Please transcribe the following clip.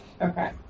Okay